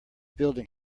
building